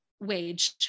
wage